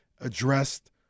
addressed